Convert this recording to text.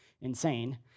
insane